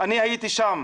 אני הייתי שם.